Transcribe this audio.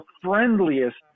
friendliest